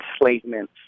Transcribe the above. enslavement